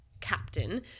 Captain